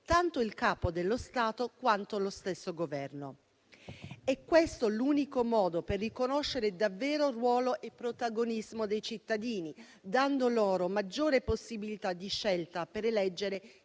tanto il Capo dello Stato quanto lo stesso Governo. È questo l'unico modo per riconoscere davvero ruolo e protagonismo dei cittadini, dando loro maggiore possibilità di scelta per eleggere